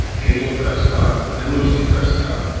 abel prescott and lucy prescott,